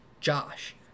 Josh